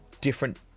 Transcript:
different